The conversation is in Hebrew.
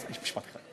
משפט אחד.